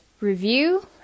review